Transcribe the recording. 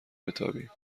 بتابیم